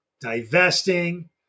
divesting